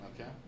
Okay